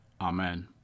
Amen